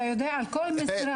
על כל משרה